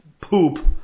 poop